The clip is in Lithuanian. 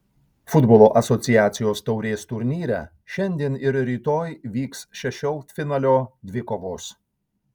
futbolo asociacijos taurės turnyre šiandien ir rytoj vyks šešioliktfinalio dvikovos